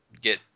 get